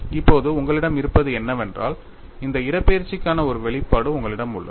இப்போது உங்களிடம் இருப்பது என்னவென்றால் அந்த இடப்பெயர்ச்சிக்கான ஒரு வெளிப்பாடு உங்களிடம் உள்ளது